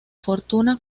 fortuna